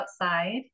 outside